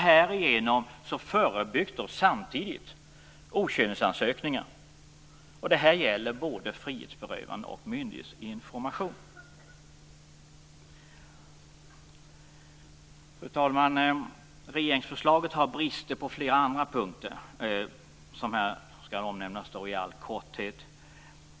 Härigenom förebyggs samtidigt okynnesansökningar. Detta gäller både frihetsberövande och myndighetsinformation. Fru talman! Regeringsförslaget har brister på flera andra punkter, som skall här omnämnas i all korthet.